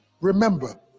remember